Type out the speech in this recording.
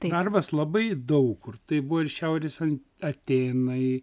darbas labai daug kur tai buvo ir šiaurės atėnai